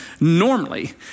normally